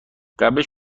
قبلش